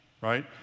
right